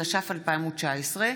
התש"ף 2019,